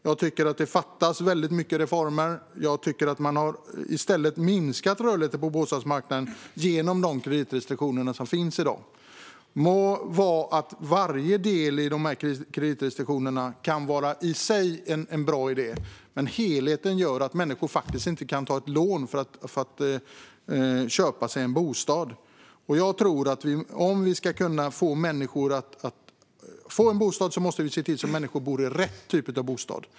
Jag tycker att det fattas väldigt många reformer och att man i stället har minskat rörligheten på bostadsmarknaden genom de kreditrestriktioner som finns i dag. Det må vara så att varje del i sig i dessa kreditrestriktioner kan vara en bra idé, men helheten gör att människor faktiskt inte kan ta ett lån för att köpa sig en bostad. Om vi ska ge människor en möjlighet att få en bostad måste vi se till att människor bor i rätt typ av bostad.